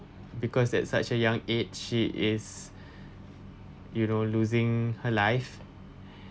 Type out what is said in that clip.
because at such a young age she is you know losing her life